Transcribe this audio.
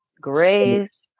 grace